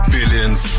Billions